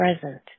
present